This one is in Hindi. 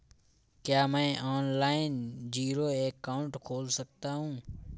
क्या मैं ऑनलाइन जीरो अकाउंट खोल सकता हूँ?